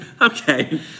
okay